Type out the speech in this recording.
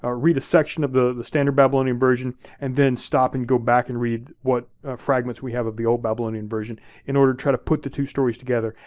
ah read a section of the the standard babylonian version and then stop and go back and read what fragments we have of the old babylonian version in order to try to put the two versions together.